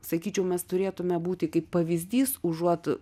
sakyčiau mes turėtume būti kaip pavyzdys užuot